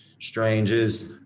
strangers